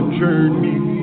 journey